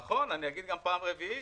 נכון, אני אגיד גם פעם רביעית.